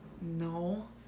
No